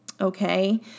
Okay